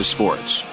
Sports